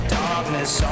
darkness